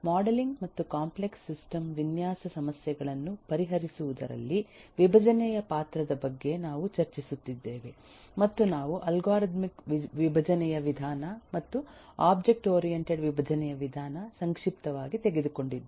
modelling ಮತ್ತು complex system ವಿನ್ಯಾಸ ಸಮಸ್ಯೆಗಳನ್ನು ಪರಿಹರಿಸುವುದರಲ್ಲಿ ವಿಭಜನೆಯ ಪಾತ್ರದ ಬಗ್ಗೆ ನಾವು ಚರ್ಚಿಸುತ್ತಿದ್ದೇವೆ ಮತ್ತು ನಾವು ಅಲ್ಗಾರಿದಮಿಕ್ ವಿಭಜನೆಯ ವಿಧಾನ ಮತ್ತು ಒಬ್ಜೆಕ್ಟ್ ಓರಿಯಂಟೆಡ್ ವಿಭಜನೆಯ ವಿಧಾನ ಸಂಕ್ಷಿಪ್ತವಾಗಿ ತೆಗೆದುಕೊಂಡಿದ್ದೇವೆ